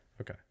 Okay